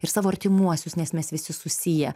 ir savo artimuosius nes mes visi susiję